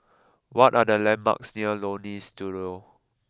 what are the landmarks near Leonie Studio